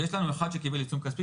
ויש לנו אחד שקיבל עיצום כספי,